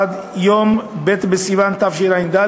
עד יום ב' בסיוון תשע"ד,